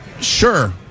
Sure